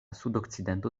sudokcidento